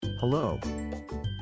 Hello